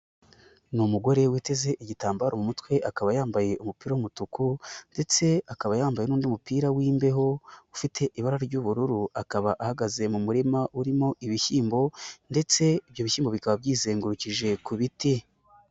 Ni umugore witeze igitambaro mu mutwe akaba yambaye umupira w'umutuku ndetse akaba yambaye n'undi mupira w'imbeho ufite ibara ry'ubururu, akaba ahagaze mu murima urimo ibishyimbo, ndetse ibyo bishyimbo bikaba byizengurukije ku biti.